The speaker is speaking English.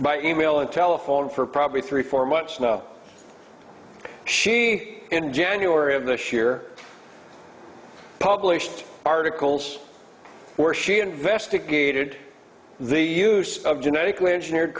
by e mail and telephone for probably three four months now she in january of this year published articles where she investigated the use of genetically engineered